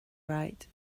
right